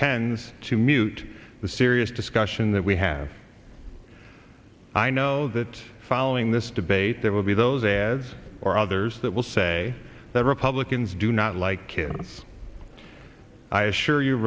tends to mute the serious discussion that we have i know that following this debate there will be those ads or others that will say that republicans do not like kids i assure you